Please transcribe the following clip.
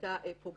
חקיקה פוגענית,